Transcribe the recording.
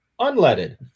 unleaded